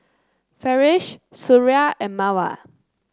Farish Suria and Mawar